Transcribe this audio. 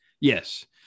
Yes